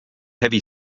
heavy